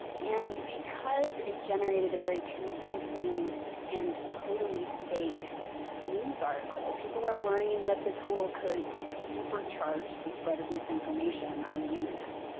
and because it generated a very convincing and totally fake news article, people are worrying that the tool could supercharge the spread of misinformation on the internet.